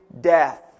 death